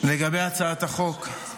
לגבי הצעת החוק.